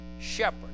shepherd